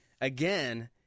again